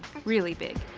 really big.